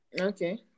Okay